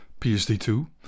PSD2